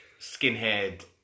skinhead